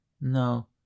No